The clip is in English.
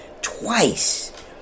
twice